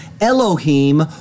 Elohim